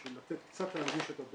בשביל לתת קצת --- שבדוח,